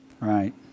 Right